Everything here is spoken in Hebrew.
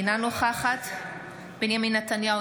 אינה נוכחת בנימין נתניהו,